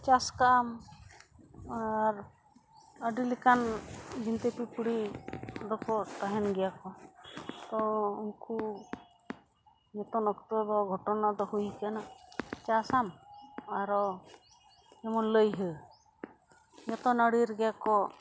ᱪᱟᱥ ᱠᱟᱜ ᱟᱢ ᱟᱨ ᱟ ᱰᱤ ᱞᱮᱠᱟᱱ ᱡᱤᱱᱛᱤ ᱯᱤᱯᱲᱤ ᱫᱚᱠᱚ ᱛᱟᱦᱮᱸᱱ ᱜᱮᱭᱟ ᱠᱚ ᱛᱚ ᱩᱱᱠᱩ ᱡᱚᱛᱚᱱ ᱚᱠᱛᱚ ᱫᱚ ᱜᱷᱚᱴᱚᱱᱟ ᱫᱚ ᱦᱩᱭ ᱠᱟᱱᱟ ᱪᱟᱥᱟᱢ ᱟᱨᱚ ᱡᱮᱢᱚᱱ ᱞᱟᱹᱭᱦᱟᱹ ᱡᱚᱛᱚ ᱱᱟ ᱲᱤ ᱨᱮᱜᱮ ᱠᱚ